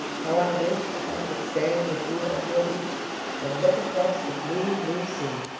how i wish i could stand with you on your beach and look across the blue, blue sea!